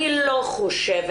אני לא חושבת,